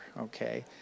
okay